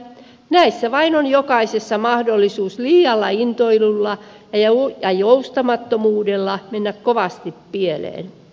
näissä vain on jokaisessa mahdollisuus liialla intoilulla ja joustamattomuudella mennä kovasti pieleen